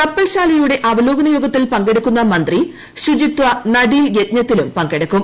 കപ്പൽശാലയുടെ അവലോകന യോഗത്തിൽ പങ്കെടുക്കുന്ന മന്ത്രി ശുചിത്വ നടീൽ യജ്ഞത്തിലും പങ്കെടുക്കും